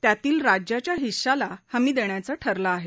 त्यातील राज्याच्या हिश्शाला हमी देण्याचं ठरलं आहे